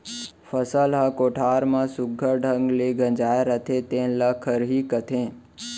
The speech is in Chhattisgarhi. फसल ह कोठार म सुग्घर ढंग ले गंजाय रथे तेने ल खरही कथें